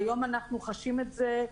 והיום אנחנו חשים את זה,